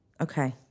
Okay